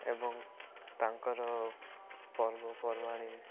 ଏବଂ ତାଙ୍କର ପର୍ବପର୍ବାଣି